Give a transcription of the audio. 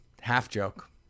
Half-joke